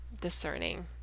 discerning